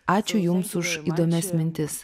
ačiū jums už įdomias mintis